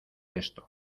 esto